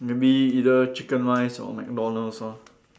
maybe either chicken rice or McDonald's lor